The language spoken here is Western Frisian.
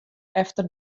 efter